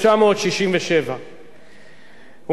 ומשום שבשום שלב של ההיסטוריה האנושית,